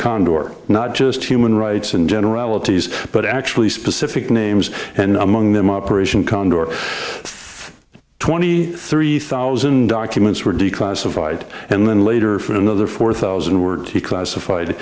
condor not just human rights and generalities but actually specific names and among them operation condor twenty three thousand documents were declassified and then later for another four thousand words he classified